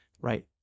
right